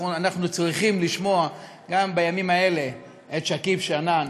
אנחנו צריכים לשמוע גם בימים האלה את שכיב שנאן,